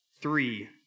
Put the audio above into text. Three